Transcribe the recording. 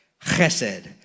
Chesed